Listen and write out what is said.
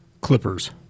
Clippers